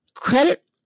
Credit